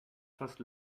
first